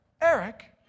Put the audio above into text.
Eric